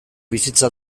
bizitza